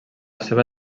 seva